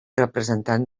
representant